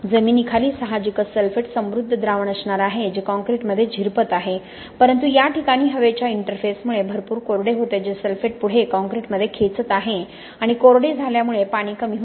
जमिनीखाली साहजिकच सल्फेट समृद्ध द्रावण असणार आहे जे काँक्रीटमध्ये झिरपत आहे परंतु या ठिकाणी हवेच्या इंटरफेसमुळे भरपूर कोरडे होते जे सल्फेट पुढे काँक्रीटमध्ये खेचत आहे आणि कोरडे झाल्यामुळे पाणी कमी होते